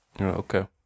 okay